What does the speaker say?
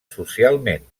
socialment